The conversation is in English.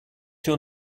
your